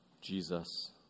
Jesus